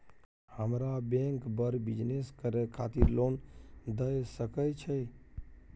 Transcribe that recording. हमरा बैंक बर बिजनेस करे खातिर लोन दय सके छै?